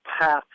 path